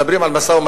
מדברים על משא-ומתן,